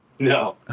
No